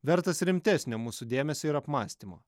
vertas rimtesnio mūsų dėmesio ir apmąstymo